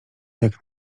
jak